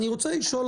אני רוצה לשאול,